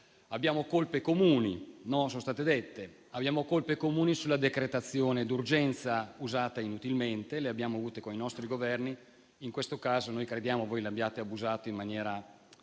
è stato detto - sulla decretazione d'urgenza usata inutilmente, e le abbiamo avute con i nostri Governi. In questo caso crediamo che voi ne abbiate abusato in maniera